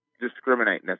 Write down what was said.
discriminate